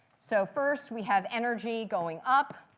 so first, we have energy going up.